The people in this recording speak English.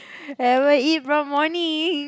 haven't eat from morning